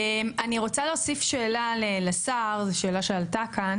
אני רוצה להוסיף שאלה לשר, זו שאלה שעלתה כאן